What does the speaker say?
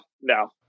no